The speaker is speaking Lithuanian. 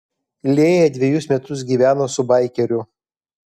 lėja dvejus metus gyveno su baikeriu